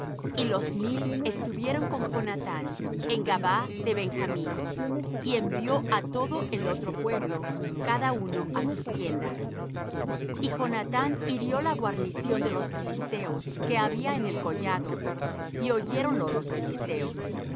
y los mil estuvieron con jonathán en gabaa de benjamín y envió á todo el otro pueblo cada uno á sus tiendas y jonathán hirió la guarnición de los filisteos que había en el collado y oyéronlo los filisteos e